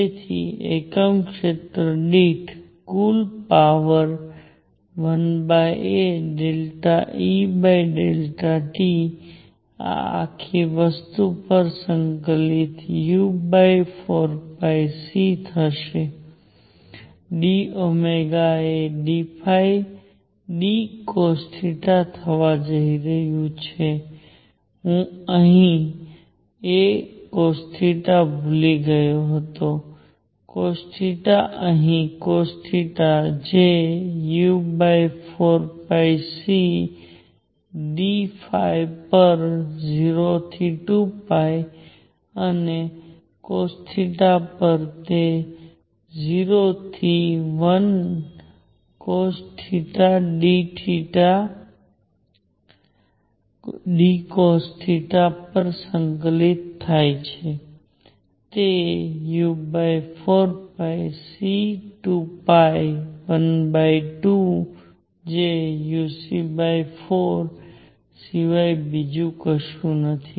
તેથી એકમ ક્ષેત્ર દીઠ કુલ પાવર 1aΔEt આ આખી વસ્તુ પર સંકલિત u4c થશે dΩ એ dϕdcosθ થવા જઈ રહ્યું છે હું અહીં a cosθ ભૂલી ગયો હતો cosθ અહીં cosθ જે u4c dϕ પર 0 થી 2 અને cosθ પર તે 0 થી 1 cosθ dcosθ પર સંકલિત થાય છે જે u4c212 જે uc4 સિવાય બીજું કશું નથી